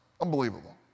Unbelievable